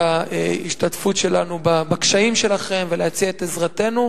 את ההשתתפות שלנו בקשיים שלהם ולהציע את עזרתנו.